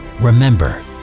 Remember